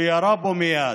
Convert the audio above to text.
הוא ירה בו מייד.